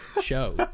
show